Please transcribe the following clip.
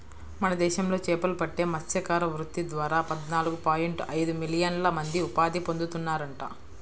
మన దేశంలో చేపలు పట్టే మత్స్యకార వృత్తి ద్వారా పద్నాలుగు పాయింట్ ఐదు మిలియన్ల మంది ఉపాధి పొందుతున్నారంట